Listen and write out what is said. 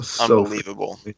unbelievable